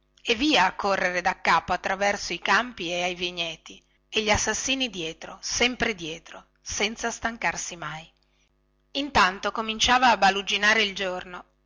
e via a correre daccapo attraverso ai campi e ai vigneti e gli assassini dietro sempre dietro senza stancarsi mai intanto cominciava a baluginare il giorno